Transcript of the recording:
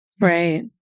Right